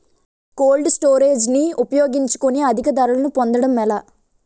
Cold storage ని ఉపయోగించుకొని అధిక ధరలు పొందడం ఎలా?